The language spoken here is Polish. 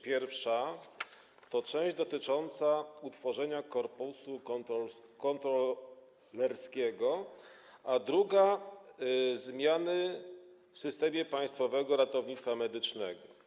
Pierwsza część dotyczy utworzenia korpusu kontrolerskiego, a druga zmian w systemie Państwowego Ratownictwa Medycznego.